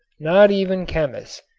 not even chemists.